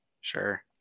sure